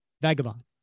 Vagabond